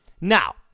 now